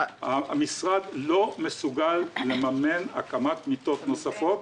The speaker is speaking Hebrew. המשרד לא מסוגל לממן הקמת מיטות נוספות,